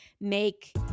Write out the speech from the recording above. make